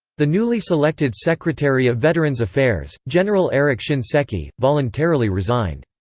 the newly selected secretary of veterans affairs, general eric shinseki, voluntarily resigned.